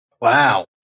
Wow